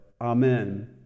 amen